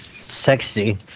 sexy